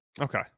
Okay